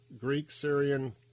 Greek-Syrian